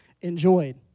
enjoyed